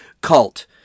cult